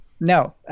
no